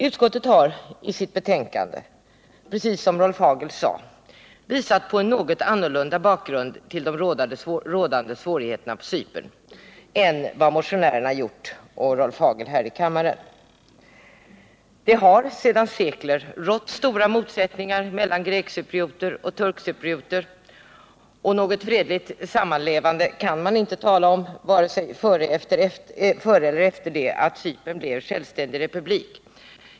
Utskottet har i sitt betänkande, precis som Rolf Hagel sade, visat på en något annorlunda bakgrund till de rådande svårigheterna på Cypern än vad motionärerna gjort i motionen och Rolf Hagel här i kammaren. Det har sedan sekler rått stora motsättningar mellan grekcyprioter och turkcyprioter, och något fredligt sammanlevande kan man inte tala om, vare sig före eller efter det att Cypern blev självständig republik.